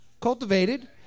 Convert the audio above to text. cultivated